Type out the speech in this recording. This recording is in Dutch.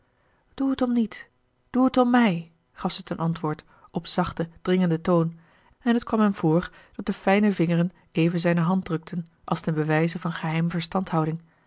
doe t om niet doe t om mij gaf zij ten antwoord op zachten dringenden toon en het kwam hem voor dat de fijne vingeren even zijne hand drukten als ten bewijze van geheime verstandhouding